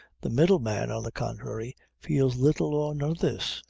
the middleman, on the contrary, feels little or none of this,